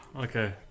okay